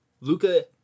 luca